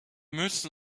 müssen